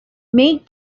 mate